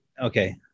Okay